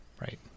Right